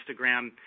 Instagram